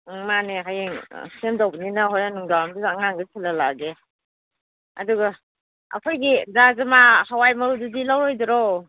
ꯎꯝ ꯃꯥꯅꯦ ꯍꯌꯦꯡ ꯁꯦꯝꯗꯧꯕꯅꯤꯅ ꯍꯣꯔꯦꯟ ꯅꯨꯡꯗꯥꯡꯋꯥꯏꯔꯝꯁꯤꯗ ꯑꯉꯥꯡꯗ ꯊꯤꯜꯍꯜꯂꯛꯑꯒꯦ ꯑꯗꯨꯒ ꯑꯩꯈꯣꯏꯒꯤ ꯔꯖꯃꯥ ꯍꯋꯥꯏ ꯃꯔꯨꯗꯨꯗꯤ ꯂꯧꯔꯣꯏꯗ꯭ꯔꯣ